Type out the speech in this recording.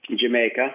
Jamaica